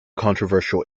controversial